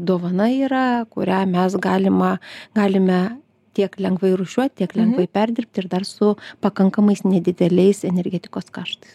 dovana yra kurią mes galima galime tiek lengvai rūšiuot tiek lengvai perdirbt ir dar su pakankamais nedideliais energetikos kaštais